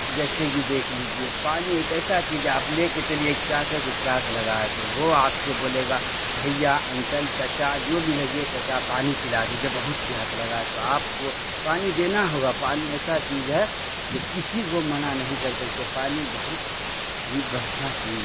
جیسے کہ دیکھ لیجیے پانی ایک ایسا چیز ہے آپ لے کے چلیے ایک پیاسے کو پیاس لگا ہے تو وہ آپ سے بولے گا بھیا انکل چاچا جو بھی لگیے چاچا پانی پلا دیجیے بہت پیاس لگا ہے تو آپ کو پانی دینا ہوگا پانی ایسا چیز ہے جو کسی کو منع نہیں کر سکتے پانی بہت ہی بڑھیا چیز